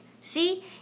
See